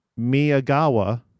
Miyagawa